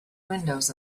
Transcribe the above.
windows